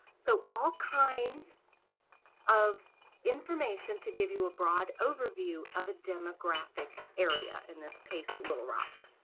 so all kinds of information to give you a broad overview of a demographic area, in this case little rock.